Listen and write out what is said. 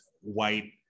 white